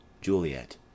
juliet